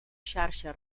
xarxa